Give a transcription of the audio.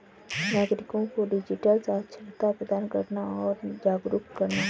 नागरिको को डिजिटल साक्षरता प्रदान करना और जागरूक करना